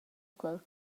quel